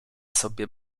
sobie